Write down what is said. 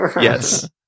Yes